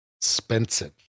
expensive